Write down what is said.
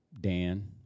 Dan